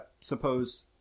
suppose